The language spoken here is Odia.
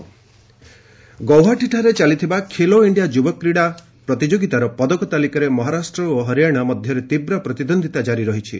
ଖେଲୋ ଇଣ୍ଡିଆ ଗୌହାଟୀଠାରେ ଚାଲିଥିବା ଖେଲୋ ଇଣ୍ଡିଆ ଯୁବ କ୍ରୀଡ଼ା ପ୍ରତିଯୋଗିତାର ପଦକ ତାଲିକାରେ ମହାରାଷ୍ଟ୍ର ଓ ହରିଆଣା ମଧ୍ୟରେ ତୀବ୍ର ପ୍ରତିଦୃନ୍ଦିତା କାରି ରହିଛି